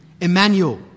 Emmanuel